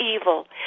evil